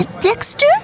Dexter